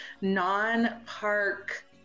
non-park